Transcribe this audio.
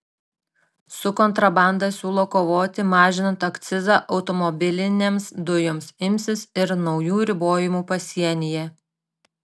su kontrabanda siūlo kovoti mažinant akcizą automobilinėms dujoms imsis ir naujų ribojimų pasienyje